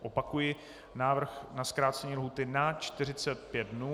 Opakuji: Návrh na zkrácení lhůty na 45 dnů.